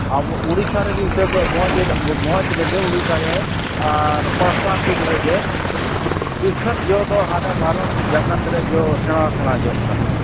ᱟᱵᱚ ᱩᱲᱤᱥᱥᱟ ᱨᱮᱜᱮ ᱤᱛᱟᱹᱫᱚ ᱵᱷᱚᱸᱡᱽ ᱨᱮᱜᱮ ᱩᱲᱤᱥᱥᱟᱨᱮ ᱟᱨ ᱯᱟᱲᱥᱟᱯᱤᱲ ᱨᱮᱜᱮ ᱤᱠᱷᱟᱹᱱ ᱡᱚᱫᱚ ᱦᱟᱱᱮ ᱵᱷᱟᱨᱚᱛ ᱡᱟᱠᱟᱛᱨᱮ ᱡᱚ ᱥᱮᱬᱟᱼᱥᱮᱬᱟ ᱡᱚᱜ ᱠᱟᱱᱟ